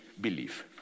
believe